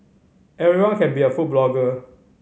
everyone can be a food blogger